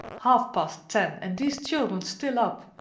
half-past ten, and these children still up!